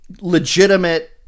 legitimate